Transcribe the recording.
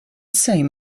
same